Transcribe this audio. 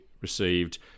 received